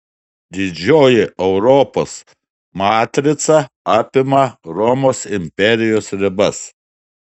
didžioji europos matrica apima romos imperijos ribas